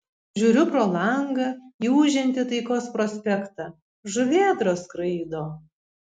žiūriu pro langą į ūžiantį taikos prospektą žuvėdros skraido